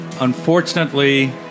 unfortunately